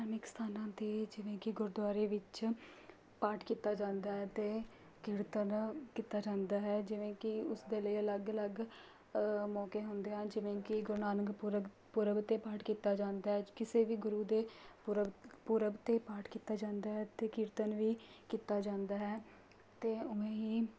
ਧਾਰਮਿਕ ਅਸਥਾਨਾਂ 'ਤੇ ਜਿਵੇਂ ਕਿ ਗੁਰਦੁਆਰੇ ਵਿੱਚ ਪਾਠ ਕੀਤਾ ਜਾਂਦਾ ਹੈ ਅਤੇ ਕੀਰਤਨ ਕੀਤਾ ਜਾਂਦਾ ਹੈ ਜਿਵੇਂ ਕਿ ਉਸ ਦੇ ਲਈ ਅਲੱਗ ਅਲੱਗ ਮੌਕੇ ਹੁੰਦੇ ਹਨ ਜਿਵੇਂ ਕਿ ਗੁਰੂ ਨਾਨਕ ਪੁਰਬ ਪੁਰਬ 'ਤੇ ਪਾਠ ਕੀਤਾ ਜਾਂਦਾ ਹੈ ਕਿਸੇ ਵੀ ਗੁਰੂ ਦੇ ਪੁਰਬ ਪੁਰਬ 'ਤੇ ਪਾਠ ਕੀਤਾ ਜਾਂਦਾ ਹੈ ਅਤੇ ਕੀਰਤਨ ਵੀ ਕੀਤਾ ਜਾਂਦਾ ਹੈ ਅਤੇ ਉਵੇਂ ਹੀ